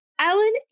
Alan